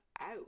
out